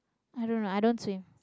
I don't know I don't swim